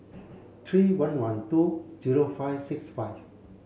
three one one two zero five six five